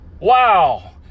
Wow